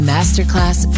Masterclass